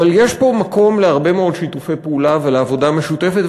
אבל יש פה מקום להרבה מאוד שיתופי פעולה ולעבודה משותפת,